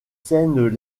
scènes